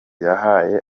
yahaye